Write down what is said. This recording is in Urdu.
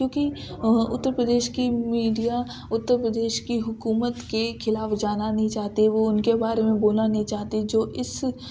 کیونکہ اتر پردیش کی میڈیا اتر پردیش کی حکومت کے خلاف جانا نہیں چاہتی وہ ان کے با رے میں بولنا نہیں چاہتی جو اس